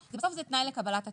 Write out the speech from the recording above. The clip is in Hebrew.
בסוף זה תנאי לקבלת התגמול.